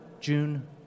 June